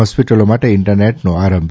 હોસ્પીટલો માટે ઇન્ટરનેટનો આરંભ